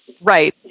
right